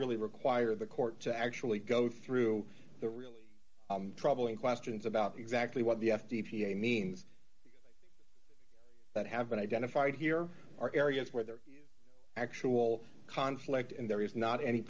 really require the court to actually go through the really troubling questions about exactly what the f d p a means that have been identified here are areas where there is actual conflict and there is not any